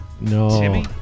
No